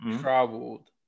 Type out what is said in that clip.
traveled